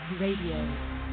Radio